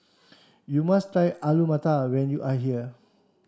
you must try Alu Matar when you are here